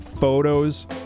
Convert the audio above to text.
photos